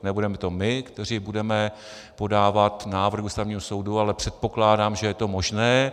Nebudeme to my, kteří budeme podávat návrh Ústavnímu soudu, ale předpokládám, že je to možné.